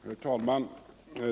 Herr talman!